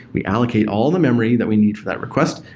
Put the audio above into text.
we allocate all the memory that we need for that request.